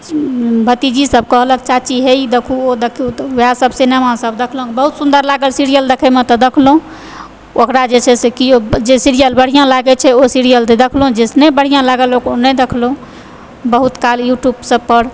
भतीजी सब कहलक हे चाची ई देखू ओ देखू तऽ वएह सब सिनेमा सब देखलहुॅं बहुत सुन्दर सब लागल सीरियल देखए मे तऽ देखलहुॅं ओकरा जे छै सऽ कि जे सीरियल बढ़िऑं लागै छै ओ सीरियल तऽ देखलहुॅं जे नै बढ़िऑं लागल ओ नहि देखलहुॅं बहुत काल यूट्यूब सब पर